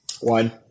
one